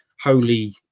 holy